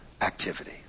activity